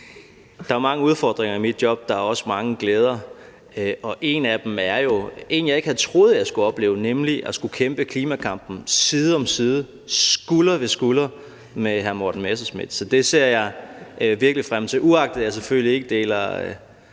Der er mange udfordringer i mit job, og der er også mange glæder. En af dem er en, jeg ikke havde troet, at jeg skulle opleve, nemlig at skulle kæmpe klimakampen side om side, skulder ved skulder med hr. Morten Messerschmidt, så det ser jeg virkelig frem til, uagtet at jeg selvfølgelig ikke deler